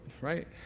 right